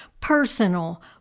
personal